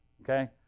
okay